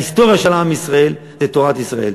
ההיסטוריה של עם ישראל היא תורת ישראל,